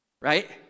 Right